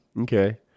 Okay